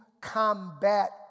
combat